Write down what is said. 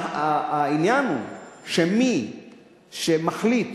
העניין הוא שמי שמחליט